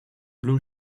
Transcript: blue